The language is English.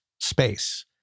space